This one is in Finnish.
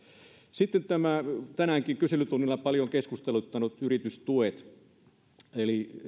sitten nämä tänäänkin kyselytunnilla paljon keskusteluttaneet yritystuet eli